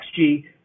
XG